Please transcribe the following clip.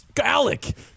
Alec